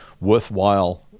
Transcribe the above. worthwhile